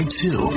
two